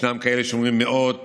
ישנם כאלה שאומרים שמאות